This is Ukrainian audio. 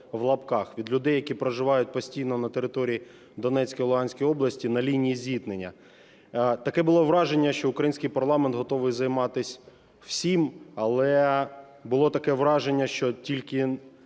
від людей, які проживають постійно на території Донецької, Луганської області на лінії зіткнення. Таке було враження, що український парламент готовий займатись всім, але було таке враження, що тільки